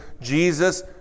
Jesus